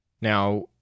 Now